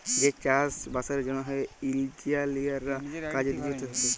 যে চাষ বাসের জ্যনহে ইলজিলিয়াররা কাজে লিযুক্ত থ্যাকে